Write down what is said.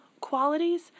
qualities